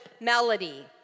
melody